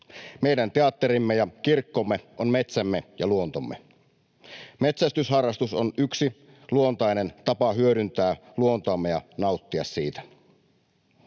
Meidän teatterimme ja kirkkomme on metsämme ja luontomme. Metsästysharrastus on yksi luontainen tapa hyödyntää luontoamme ja nauttia siitä.